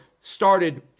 started